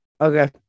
okay